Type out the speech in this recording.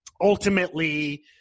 ultimately